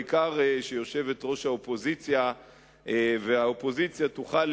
העיקר שיושבת-ראש האופוזיציה והאופוזיציה יוכלו